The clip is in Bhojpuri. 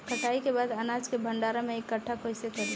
कटाई के बाद अनाज के भंडारण में इकठ्ठा कइसे करी?